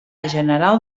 general